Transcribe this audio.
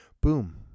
boom